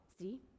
see